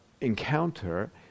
encounter